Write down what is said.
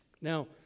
Now